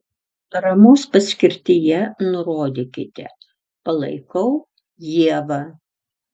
paramos paskirtyje nurodykite palaikau ievą